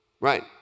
Right